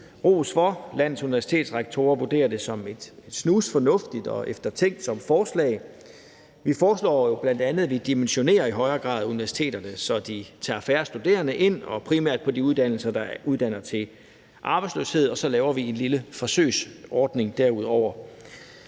ros for. Landets universitetsrektorer vurderer det som et snusfornuftigt og eftertænksomt forslag. Vi foreslår jo bl.a., at vi i højere grad dimensionerer universiteterne, så de tager færre studerende ind og primært på de uddannelser, der uddanner til arbejdsløshed, og så laver vi derudover en lille forsøgsordning.